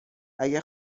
اگه